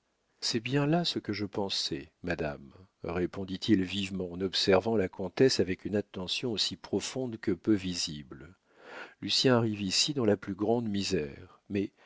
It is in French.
c'est bien là ce que je pensais madame répondit-il vivement en observant la comtesse avec une attention aussi profonde que peu visible lucien arrive ici dans la plus grande misère mais